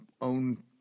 own